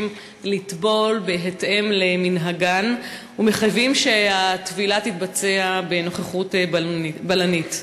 לטבול בהתאם למנהגן ומחייבים טבילה בנוכחות בלנית.